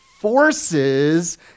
forces